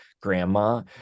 grandma